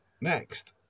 next